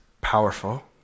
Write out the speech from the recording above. powerful